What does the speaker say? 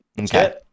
Okay